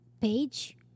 Page